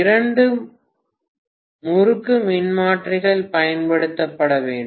இரண்டு முறுக்கு மின்மாற்றிகள் பயன்படுத்தப்பட வேண்டும்